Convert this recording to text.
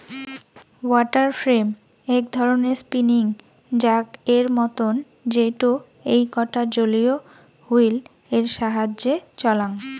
water frame এক ধরণের spinning jack এর মতন যেইটো এইকটা জলীয় হুইল এর সাহায্যে চলাং